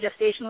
gestational